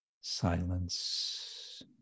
silence